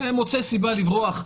מוצא סיבה לברוח,